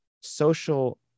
social